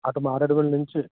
అటు మారేడుమిల్లి నుంచి